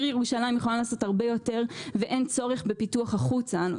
ירושלים יכולה לעשות הרבה יותר ואין צורך בפיתוח החוצה.